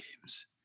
games